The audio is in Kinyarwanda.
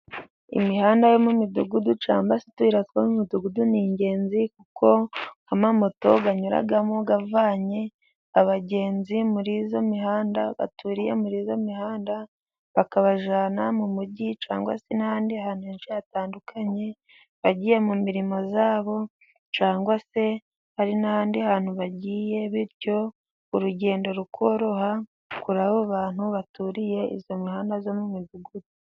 Imihanda yo mu midugudu cyangwa se utuyira two mu midugudu, ni ingenzi kuko amamoto anyuramo avanye abagenzi muri iyo mihanda. Abaturiye muri iyo mihanda bakabajyana mu mugi, cyangwa se n'ahandi hantu henshi hatandukanye, bagiye mu mirimo yabo cyangwa se hari n'ahandi hantu bagiye, bityo urugendo rukoroha kuri abo bantu baturiye iyo mihanda yo mu midugudu.